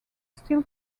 still